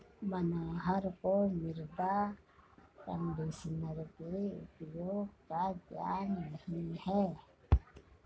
मनोहर को मृदा कंडीशनर के उपयोग का ज्ञान नहीं है